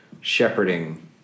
shepherding